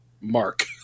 Mark